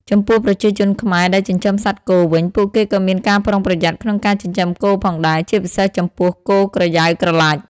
ចំពោះ ប្រជាជនខ្មែរដែលចិញ្ចឹមសត្វគោវិញ ពួកគេក៏មានការប្រុងប្រយ័ត្នក្នុងការចិញ្ចឹមគោផងដែរ ជាពិសេសចំពោះ គោក្រយៅក្រឡាច់។